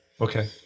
Okay